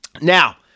Now